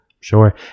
Sure